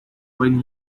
when